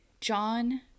John